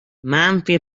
منفی